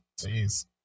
Jeez